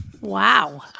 Wow